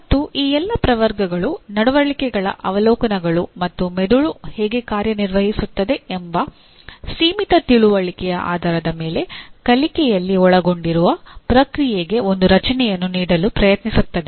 ಮತ್ತು ಈ ಎಲ್ಲಾ ಪ್ರವರ್ಗಗಳು ನಡವಳಿಕೆಗಳ ಅವಲೋಕನಗಳು ಮತ್ತು ಮೆದುಳು ಹೇಗೆ ಕಾರ್ಯನಿರ್ವಹಿಸುತ್ತದೆ ಎಂಬ ಸೀಮಿತ ತಿಳುವಳಿಕೆಯ ಆಧಾರದ ಮೇಲೆ ಕಲಿಕೆಯಲ್ಲಿ ಒಳಗೊಂಡಿರುವ ಪ್ರಕ್ರಿಯೆಗೆ ಒಂದು ರಚನೆಯನ್ನು ನೀಡಲು ಪ್ರಯತ್ನಿಸುತ್ತದೆ